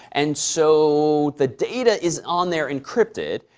and so the data is on there encrypted,